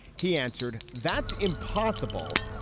he answered, that's impossible,